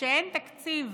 שכשאין תקציב